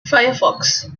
firefox